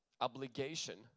obligation